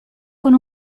con